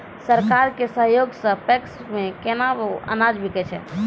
सरकार के सहयोग सऽ पैक्स मे केना अनाज बिकै छै?